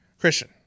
Christian